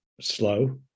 slow